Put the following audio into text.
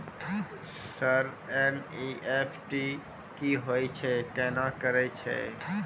Sir एन.ई.एफ.टी की होय छै, केना करे छै?